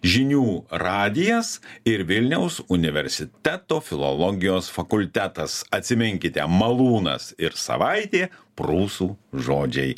žinių radijas ir vilniaus universiteto filologijos fakultetas atsiminkite malūnas ir savaitė prūsų žodžiai